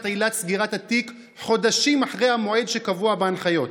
עילת סגירת התיק חודשים אחרי המועד שקבוע בהנחיות,